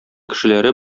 кешеләре